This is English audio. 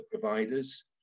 providers